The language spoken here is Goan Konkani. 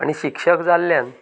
आनी शिक्षक जाल्ल्यान